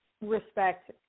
respect